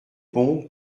pont